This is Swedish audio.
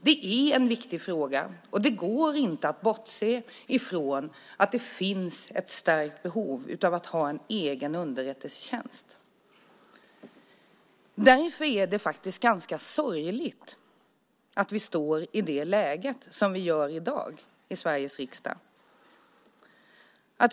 Det är en viktig fråga, och det går inte att bortse ifrån att det finns ett stärkt behov av att ha en egen underrättelsetjänst. Därför är det ganska sorgligt att vi står i det läge som vi gör i dag i Sveriges riksdag.